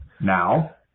Now